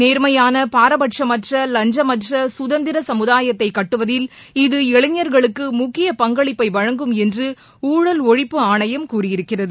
நேர்மையான பாரடட்சுமற்ற லஞ்சமற்ற சுதந்திர சமுதாயத்தை கட்டுவதில் இது இளைஞர்களுக்கு முக்கிய பங்களிப்பை வழங்கும் என்று ஊழல் ஒழிப்பு ஆணையம் கூறியிருக்கிறது